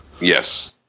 Yes